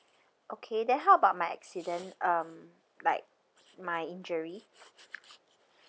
okay then how about my accident um like my injury